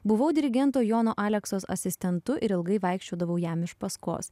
buvau dirigento jono aleksos asistentu ir ilgai vaikščiodavau jam iš paskos